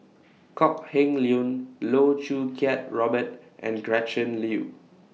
Kok Heng Leun Loh Choo Kiat Robert and Gretchen Liu